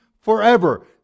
forever